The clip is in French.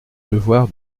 devoir